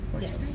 yes